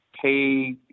pay